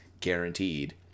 guaranteed